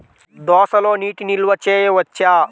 దోసలో నీటి నిల్వ చేయవచ్చా?